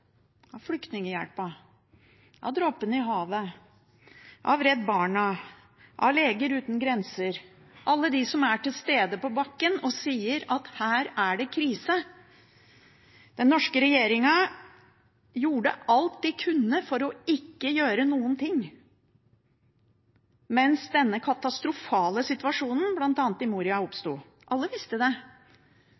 Dråpen i Havet, fra Redd Barna, fra Leger Uten Grenser – alle dem som er til stede på bakken og sier at her er det krise. Den norske regjeringen gjorde alt de kunne for ikke å gjøre noen ting, mens denne katastrofale situasjonen bl.a. i Moria